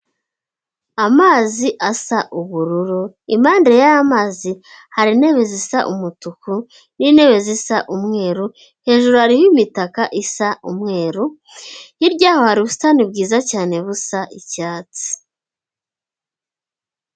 Amazi asa ubururu, impande y'amazi hari intebe zisa umutuku n'intebe zisa umweru, hejuru hariho imitaka isa umweru, hirya hari ubusitani bwiza cyane busa icyatsi.